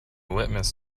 litmus